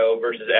versus